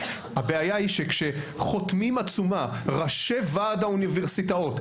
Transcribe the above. הבעיה היא שכשחותמים עצומה ראשי וועד האוניברסיטאות,